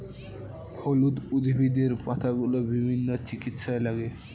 হলুদ উদ্ভিদের পাতাগুলো বিভিন্ন চিকিৎসায় লাগে